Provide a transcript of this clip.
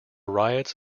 riots